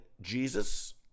Jesus